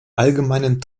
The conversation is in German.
allgemeinen